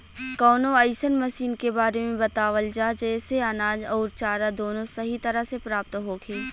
कवनो अइसन मशीन के बारे में बतावल जा जेसे अनाज अउर चारा दोनों सही तरह से प्राप्त होखे?